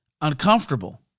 uncomfortable